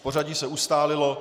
Pořadí se ustálilo.